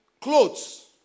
clothes